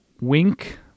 Wink